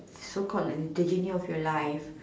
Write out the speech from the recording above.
so called like the journey of your life